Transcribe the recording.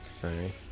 Sorry